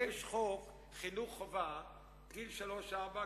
יש חוק חינוך חובה לגילאי שלוש-ארבע.